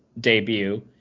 debut